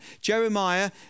Jeremiah